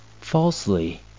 falsely